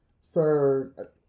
sir